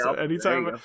anytime